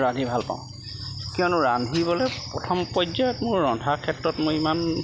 ৰন্ধি ভাল পাওঁ কিয়নো ৰান্ধিবলে প্ৰথম পৰ্যায়ত মোৰ ৰন্ধাৰ ক্ষেত্ৰত মোৰ ইমান